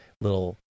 little